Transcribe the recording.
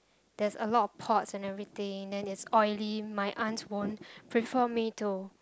there's a lot of pots and everything then it's oily my aunt won't prefer me to